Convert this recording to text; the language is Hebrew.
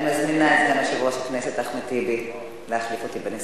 אני מזמינה את סגן יושב-ראש הכנסת אחמד טיבי להחליף אותי בנשיאות.